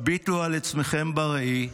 הביטו על עצמכם בראי.